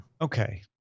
okay